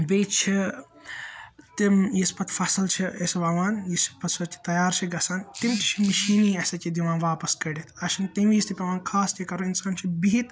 بیٚیہ چھ تِم یۄس پَتہٕ فَصٕل چھِ أسۍ وَوان یُس پَتہ سُۄ چھ تَیار چھ گَژھان تِم چھِ مشیٖنٕے دِوان واپَس کٔڑِتھ اَسہِ چھنہٕ تمہِ وِز تہِ پیٚوان خاص کیٚنٛہہ کَرُن اِنسان چھُ بیٚہتھ